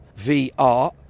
VR